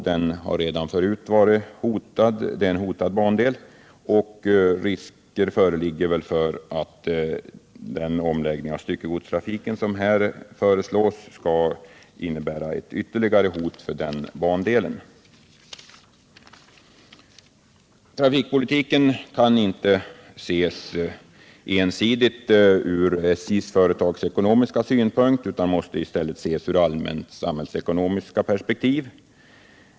Den är redan förut en hotad bandel och risken föreligger för att omläggningen av styckegodstrafiken innebär ett ytterligare hot. Trafikpolitiken kan inte ses ensidigt ur SJ:s företagsekonomiska synpunkt utan måste i stället ses ur allmänt samhällsekonomiska perspektiv.